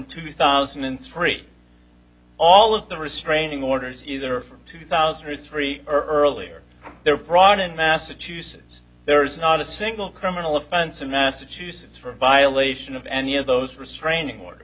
two thousand and three all of the restraining orders either from two thousand or three earlier their product massachusetts there is not a single criminal offense in massachusetts for violation of any of those restraining order